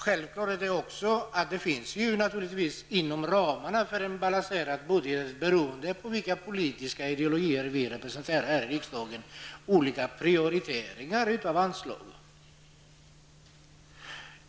Självklart är också att det naturligtvis inom ramarna för en balanserad budget, beroende på vilka politiska ideologier vi representerar här i riksdagen, finns olika prioriteringar av anslagen.